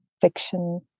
fiction